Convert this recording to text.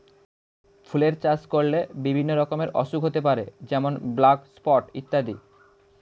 ফুলের চাষ করলে বিভিন্ন রকমের অসুখ হতে পারে যেমন ব্ল্যাক স্পট ইত্যাদি